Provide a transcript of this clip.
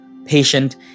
patient